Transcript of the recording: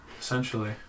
Essentially